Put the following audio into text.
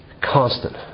Constant